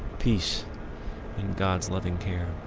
peace in god's loving care.